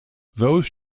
those